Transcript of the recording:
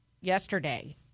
yesterday